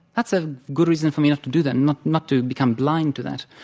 that's a good reason for me not to do that, not not to become blind to that.